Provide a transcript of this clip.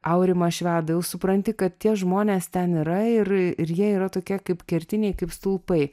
aurimą švedą jau supranti kad tie žmonės ten yra ir ir jie yra tokie kaip kertiniai kaip stulpai